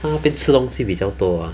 他那边吃东西比较多